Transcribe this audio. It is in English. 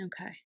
okay